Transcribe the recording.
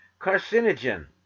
carcinogen